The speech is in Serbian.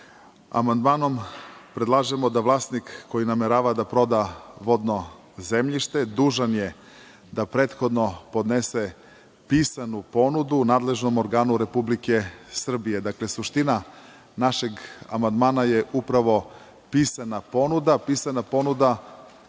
Amandmanom predlažemo da vlasnik koji namerava da proda vodno zemljište dužan je da prethodno podnese pisanu ponudu nadležnom organu Republike Srbije. Dakle, suština našeg amandmana je upravo pisana ponuda koja ne